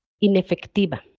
Inefectiva